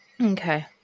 Okay